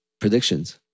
predictions